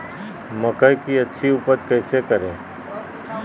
मकई की अच्छी उपज कैसे करे?